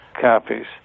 copies